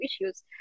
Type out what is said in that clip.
issues